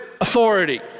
authority